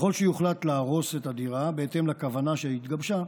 ככל שיוחלט להרוס את הדירה, בהתאם לכוונה שהתגבשה,